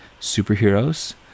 Superheroes